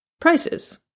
prices